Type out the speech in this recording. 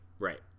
right